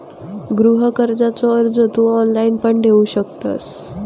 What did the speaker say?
गृह कर्जाचो अर्ज तू ऑनलाईण पण देऊ शकतंस